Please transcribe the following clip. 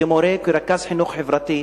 מהניסיון שלי כמורה ורכז חינוך חברתי,